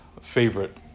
favorite